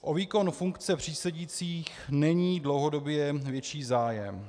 O výkon funkce přísedících není dlouhodobě větší zájem.